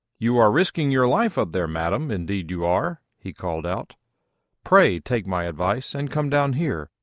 you are risking your life up there, madam, indeed you are, he called out pray take my advice and come down here,